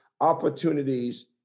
opportunities